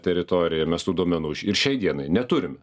teritorijoj mes tų duomenų ir šiai dienai neturime